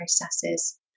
processes